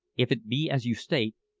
if it be as you state,